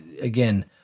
again